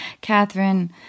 Catherine